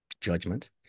judgment